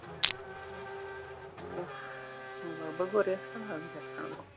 لَگ بَگ گوٚو رٮ۪تھ کھَنڈ حظ رٮ۪تھ کھَنڈ گوٚو